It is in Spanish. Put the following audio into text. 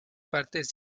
partes